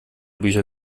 bücher